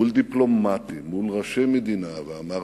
מול דיפלומטים, מול ראשי מדינה, ואמרתי: